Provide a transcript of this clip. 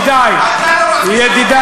ידידי, אתה לא רוצה שלום, ידידי,